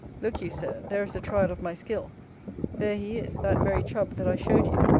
look you, sir, there is a trial of my skill there he is that very chub, that i showed you,